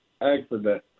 accident